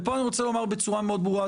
ופה אני רוצה לומר בצורה מאוד ברורה,